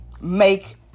make